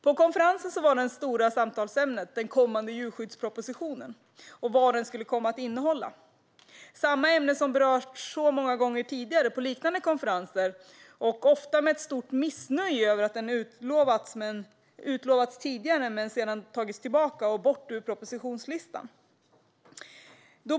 På konferensen var det stora samtalsämnet den kommande djurskyddspropositionen och vad den skulle innehålla, alltså samma ämne som berörts så många gånger tidigare på liknande konferenser och ofta med ett stort missnöje över att den utlovats tidigare men sedan tagits tillbaka ur propositionslistan.